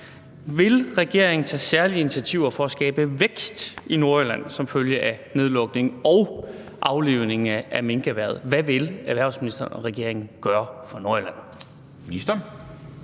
Vil regeringen tage særlige initiativer for at skabe vækst i Nordjylland som følge af nedlukning og aflivning af minkerhvervet? Hvad vil erhvervsministeren og regeringen gøre for Nordjylland? Kl.